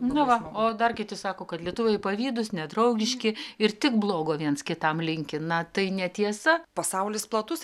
nu va o dar kiti sako kad lietuviai pavydūs nedraugiški ir tik blogo viens kitam linki na tai netiesa pasaulis platus